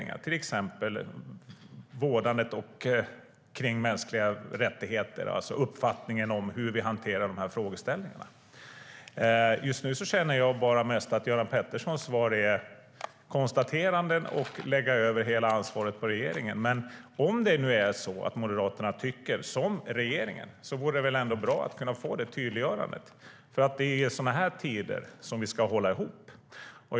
Det handlar till exempel om vårdandet av mänskliga rättigheter och uppfattningen om hur vi hanterar de här frågeställningarna. Just nu känner jag bara att Göran Petterssons svar mest är konstateranden och att lägga över hela ansvaret på regeringen. Men om nu Moderaterna tycker som regeringen vore det väl ändå bra att kunna få det tydliggörandet? Det är i sådana här tider som vi ska hålla ihop.